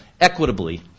equitably